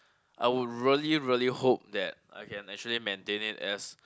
I would really really hope that I can actually maintain it as